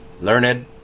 learned